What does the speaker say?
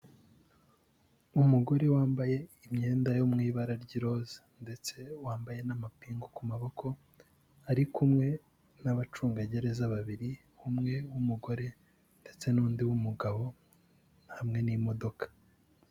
Umugore wambaye imyenda yo mu ibara ry'iroza ndetse wambaye n'amapingu ku maboko, ari kumwe n'abacungagereza babiri, umwe w'umugore ndetse n'undi w'umugabo hamwe n'imodoka.